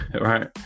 right